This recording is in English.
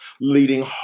leading